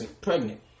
pregnant